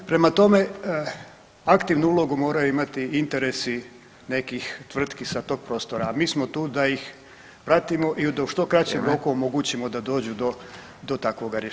Prema tome, aktivnu ulogu moraju imati interesi nekih tvrtki sa tog prostora, a mi smo tu da ih pratimo i da u što kraćem roku [[Upadica: Vrijeme.]] omogućimo da dođu do takvoga rješenja.